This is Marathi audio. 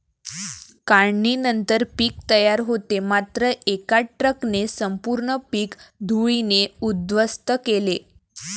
काढणीनंतर पीक तयार होते मात्र एका ट्रकने संपूर्ण पीक धुळीने उद्ध्वस्त केले